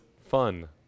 fun